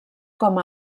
com